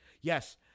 Yes